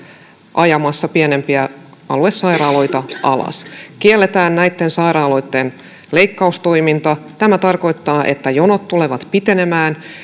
ajamassa pienempiä aluesairaaloita alas kielletään näitten sairaaloitten leikkaustoiminta tämä tarkoittaa että jonot tulevat pitenemään